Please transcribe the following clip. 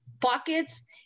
Pockets